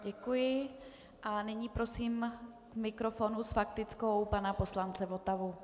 Děkuji a nyní prosím k mikrofonu s faktickou pana poslance Votavu.